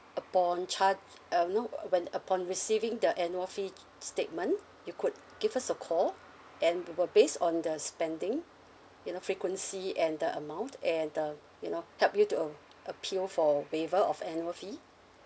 upon charge uh know when upon receiving the annual fee statement you could give us a call and we will based on the spending you know frequency and the amount and the you know help you to uh appeal for waiver of annual fee